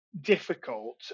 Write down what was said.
difficult